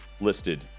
listed